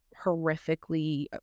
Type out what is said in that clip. horrifically